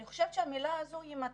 אני חושבת שהמילה הזאת מטעה,